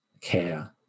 care